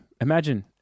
imagine